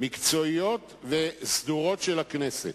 מקצועיות וסדורות של הכנסת.